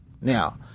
Now